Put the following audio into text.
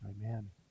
Amen